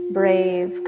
brave